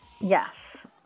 Yes